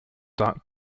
dark